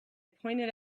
pointed